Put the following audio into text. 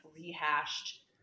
rehashed